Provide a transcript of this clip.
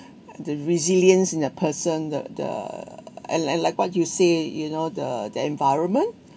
the resilience in the person the the and like and like what you say you know the the environment